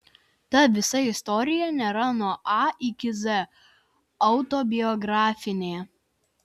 ta visa istorija nėra nuo a iki z autobiografinė